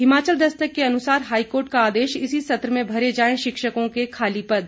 हिमाचल दस्तक के अनुसार हाईकार्ट का आदेश इसी सत्र में भरे जाएं शिक्षकों के खाली पद